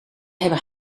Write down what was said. hebben